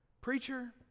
Preacher